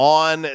on